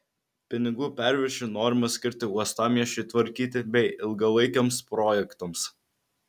pinigų perviršį norima skirti uostamiesčiui tvarkyti bei ilgalaikiams projektams